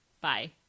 Bye